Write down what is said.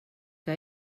que